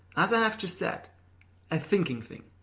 as i have just said a thinking thing.